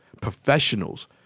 professionals